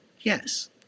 yes